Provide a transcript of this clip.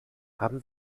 haben